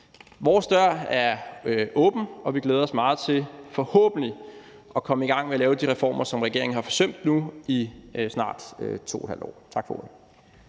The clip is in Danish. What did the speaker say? Vores dør er åben, og vi glæder os meget til forhåbentlig at komme i gang med at lave de reformer, som regeringen har forsømt nu i snart 2½ år. Tak for ordet.